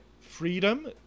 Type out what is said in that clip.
freedom